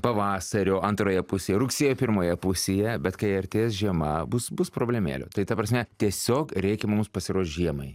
pavasario antroje pusėje rugsėjo pirmoje pusėje bet kai artės žiema bus bus problemėlių tai ta prasme tiesiog reikia mums pasiruošt žiemai